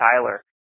Tyler